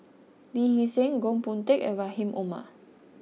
Lee Hee Seng Goh Boon Teck and Rahim Omar